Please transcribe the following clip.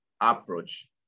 approach